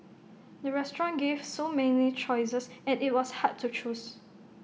the restaurant gave so many choices and IT was hard to choose